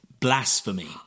Blasphemy